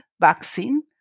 vaccine